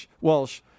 Walsh